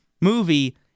movie